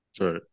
right